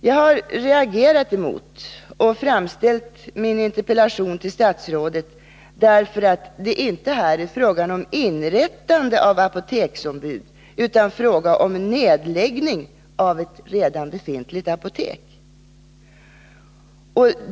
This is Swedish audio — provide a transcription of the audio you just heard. Jag'har reagerat och framställt min interpellation till statsrådet därför att det här inte är fråga om inrättande av apoteksombud utan om en nedläggning av ett redan befintligt apotek.